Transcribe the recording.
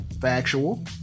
Factual